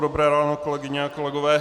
Dobré ráno, kolegyně a kolegové.